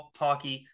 hockey